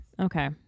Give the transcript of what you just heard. Okay